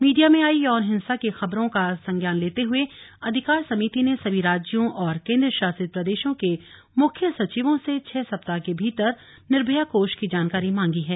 media में आई यौन हिंसा की खबरों का संज्ञान लेते हुए अधिकार समिति ने सभी राज्यों और केंद्रशासित प्रदेशों के मुख्य सचिवों से छह सप्ताह के भीतर निर्भया कोष की जानकारी मांगी है